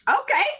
Okay